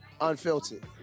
unfiltered